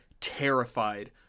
terrified